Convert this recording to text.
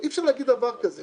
אי אפשר להגיד דבר כזה.